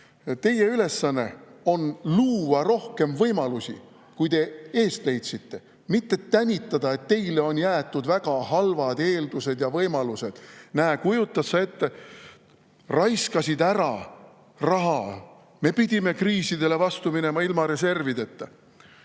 Teie ülesanne on luua rohkem võimalusi, kui te eest leidsite, mitte tänitada, et teile on jäetud väga halvad eeldused ja võimalused. Näe, kujutad sa ette, raisati raha ära, me pidime kriisidele vastu minema ilma reservideta.